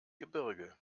gebirge